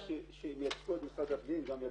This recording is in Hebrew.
גם משרד הפנים יצאו.